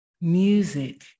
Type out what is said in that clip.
music